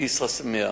כסרא-סמיע,